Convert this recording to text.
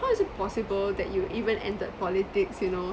how is it possible that you even entered politics you know